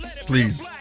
please